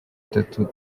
tattoo